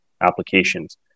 applications